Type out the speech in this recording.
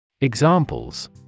Examples